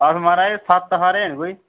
अस महाराज सत्त हारे न कोई